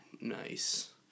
Nice